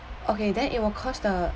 okay then it will cost the